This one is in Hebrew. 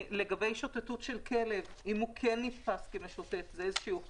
לגבי שוטטות של כלב אם הוא כן נתפס כמשוטט זאת הוכחה